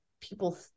people